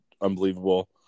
unbelievable